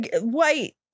white